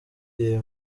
iyi